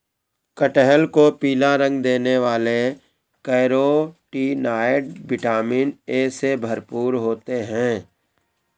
कटहल को पीला रंग देने वाले कैरोटीनॉयड, विटामिन ए से भरपूर होते हैं